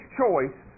choice